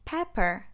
Pepper